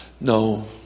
No